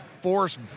force